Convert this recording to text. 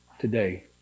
today